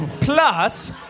Plus